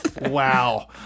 Wow